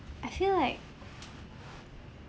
I feel like